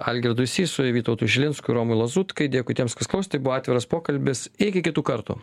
algirdui sysui vytautui šilinskui romui lazutkai dėkui tiems kas klausėt tai buvo atviras pokalbis iki kitų kartų